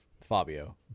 Fabio